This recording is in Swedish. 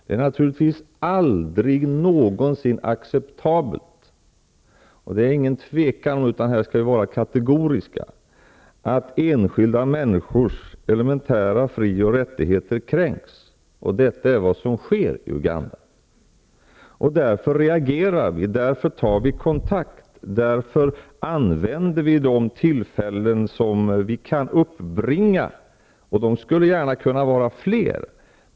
Det är naturligtvis aldrig någonsin acceptabelt -- det är ingen tvekan om detta, utan här skall vi vara kategoriska -- att enskilda människors elementära frioch rättigheter kränks. Det är vad som sker i Uganda, och därför reagerar vi. Därför tar vi kontakt, därför använder vi de tillfällen som vi kan uppbringa, och de skulle gärna kunna vara fler.